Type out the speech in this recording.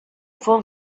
phone